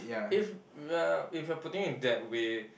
if uh if you are putting it that way